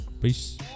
Peace